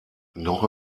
noch